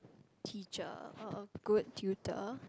teacher or a good tutor